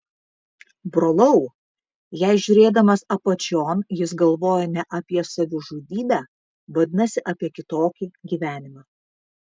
brolau jei žiūrėdamas apačion jis galvojo ne apie savižudybę vadinasi apie kitokį gyvenimą